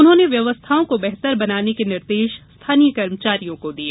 उन्होंने व्यवस्थाओं को बेहतर बनाने के निर्देश स्थानीय कर्मचारियों को दिये